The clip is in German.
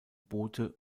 boote